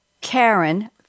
Karen